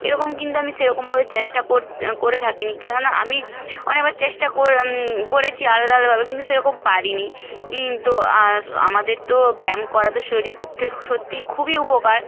এরকম কিন্তু আমি সেরকমভাবে চেষ্টা কর করে থাকিনি কেননা আমি অনেকবার চেষ্টা কর করেছি আলাদা আলাদাভাবে কিন্তু সেরকম পারিনি ই তো আর আমাদের তো ব্যায়াম করা তো শরীরের পক্ষে সত্যি খুবই উপকার